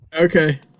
Okay